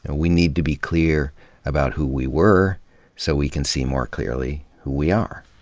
and we need to be clear about who we were so we can see more clearly who we are.